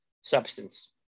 substance